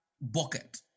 bucket